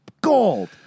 gold